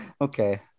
Okay